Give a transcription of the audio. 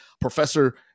Professor